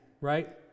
right